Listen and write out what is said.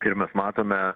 ir mes matome